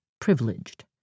privileged